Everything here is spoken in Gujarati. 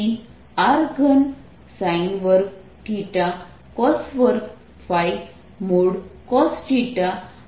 dVr2drsinθdθdϕ rθϕCx2zCr3ϕ r|cosθ| અને તો આ dmρdV છે